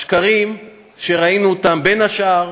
השקרים שראינו, בין השאר,